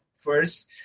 first